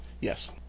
Yes